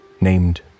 named